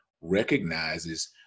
recognizes